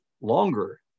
longer